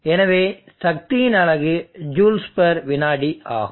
எனவே சக்தியின் அலகு ஜூல்ஸ்வினாடி ஆகும்